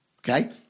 Okay